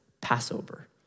Passover